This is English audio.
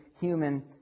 human